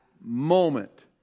moment